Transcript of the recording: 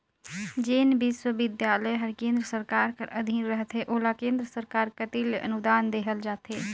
जेन बिस्वबिद्यालय हर केन्द्र सरकार कर अधीन रहथे ओला केन्द्र सरकार कती ले अनुदान देहल जाथे